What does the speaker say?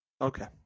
Okay